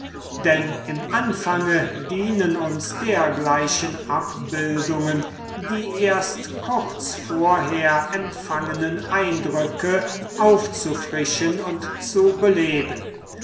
denn im anfange dienen uns dergleichen abbildungen die erst kurz vorher empfangenen eindrücke aufzufrischen und zu beleben